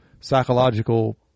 psychological